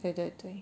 对对对